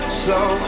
slow